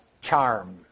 charm